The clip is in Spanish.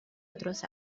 otros